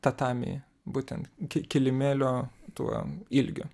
tatami būtent ki kilimėlio tuo ilgiu